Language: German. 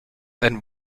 ein